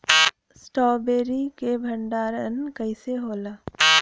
Strawberry के भंडारन कइसे होला?